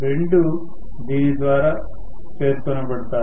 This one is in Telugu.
రెండు దీని ద్వారా పేర్కొనబడతాయి